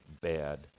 bad